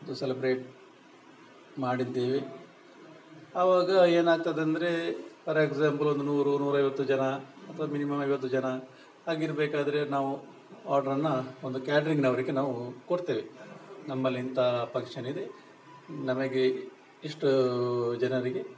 ಅದು ಸೆಲೆಬ್ರೇಟ್ ಮಾಡಿದ್ದೇವೆ ಆವಾಗ ಏನಾಗ್ತದೆಂದ್ರೆ ಫಾರ್ ಎಕ್ಸಾಂಪಲ್ ಒಂದು ನೂರು ನೂರೈವತ್ತು ಜನ ಅಥವಾ ಮಿನಿಮಮ್ ಐವತ್ತು ಜನ ಹಾಗಿರ್ಬೇಕಾದ್ರೆ ನಾವು ಆರ್ಡ್ರನ್ನು ಒಂದು ಕ್ಯಾಟ್ರಿಂಗ್ನವರಿಗೆ ನಾವು ಕೊಡ್ತೇವೆ ನಮ್ಮಲ್ಲಿಂಥ ಪಂಕ್ಷನ್ ಇದೆ ನಮಗೆ ಇಷ್ಟು ಜನರಿಗೆ